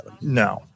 No